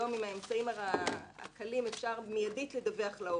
היום, עם האמצעים הקלים, אפשר מיידית לדווח להורה.